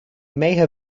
may